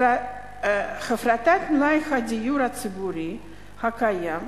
הפרטת מלאי הדיור הציבורי הקיים,